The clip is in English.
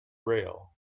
rail